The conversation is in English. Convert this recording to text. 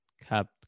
kept